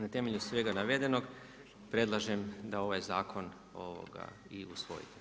Na temelju svega navedenog predlažem da ovaj zakon i usvojimo.